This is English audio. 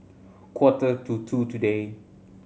quarter to two today